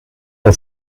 der